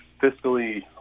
fiscally